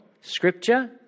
Scripture